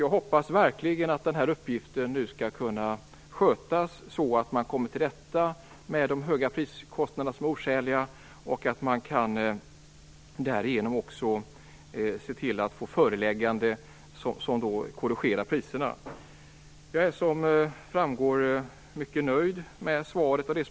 Jag hoppas verkligen att den uppgiften kan skötas så att man kommer till rätta med de oskäliga priserna och att man därigenom också kan få ett föreläggande för att korrigera priserna. Som framgått är jag mycket nöjd med svaret.